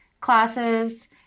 classes